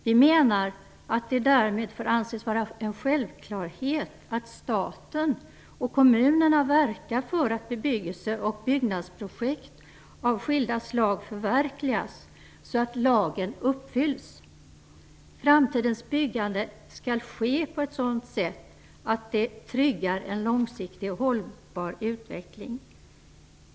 Vi menar att det därmed får anses vara en självklarhet att staten och kommunerna verkar för att bebyggelse och byggnadsprojekt av skilda slag förverkligas så att lagen uppfylls. Framtidens byggande skall ske på ett sådant sätt att det tryggar en långsiktig och hållbar utveckling.